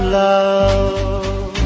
love